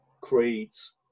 creeds